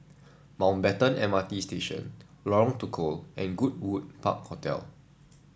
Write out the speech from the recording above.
Mountbatten M R T Station Lorong Tukol and Goodwood Park Hotel